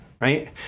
right